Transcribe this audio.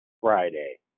Friday